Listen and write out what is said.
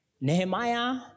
Nehemiah